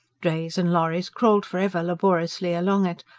drays and lorries crawled for ever laboriously along it,